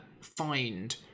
find